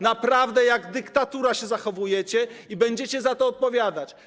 Naprawdę jak dyktatura się zachowujecie i będziecie za to odpowiadać.